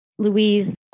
Louise